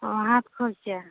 ᱚ ᱦᱟᱛ ᱠᱷᱚᱨᱪᱟ